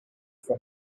from